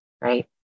right